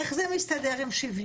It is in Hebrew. איך זה מסתדר עם שוויון?